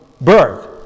birth